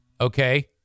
okay